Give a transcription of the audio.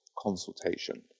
consultation